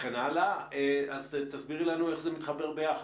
וכן הלאה, אז תסבירי לנו איך זה מתחבר ביחד.